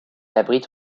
abrite